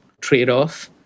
trade-off